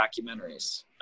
documentaries